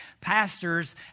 pastors